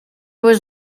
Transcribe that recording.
was